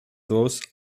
those